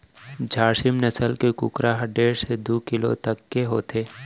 झारसीम नसल के कुकरा ह डेढ़ ले दू किलो तक के होथे